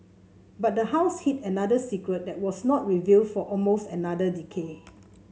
but the house hid another secret that was not revealed for almost another decade